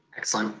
excellent,